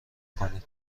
کنید